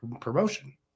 Promotion